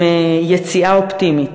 עם יציאה אופטימית.